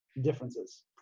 differences